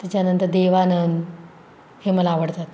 त्याच्यानंतर देवानंद हे मला आवडतात